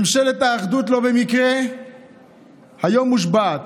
ממשלת האחדות לא במקרה היום מושבעת.